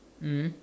mm